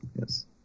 yes